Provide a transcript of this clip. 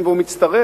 אבל היא בונה